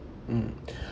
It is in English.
mm